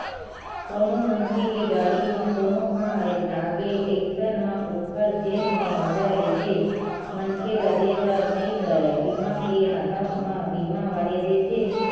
कोनो मनखे के गाड़ी म कोनो ह रेतागे अइसन म ओखर जेन मुवाजा रहिथे मनखे ल देय बर नइ परय बीमा के राहब म बीमा वाले देथे